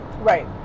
right